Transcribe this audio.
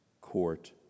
court